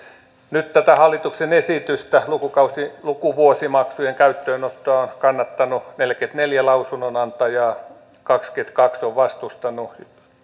nyt tätä hallituksen esitystä lukuvuosimaksujen käyttöönotosta on kannattanut neljäkymmentäneljä lausunnonantajaa kaksikymmentäkaksi on vastustanut